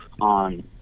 on